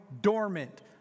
dormant